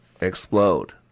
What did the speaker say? explode